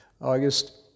August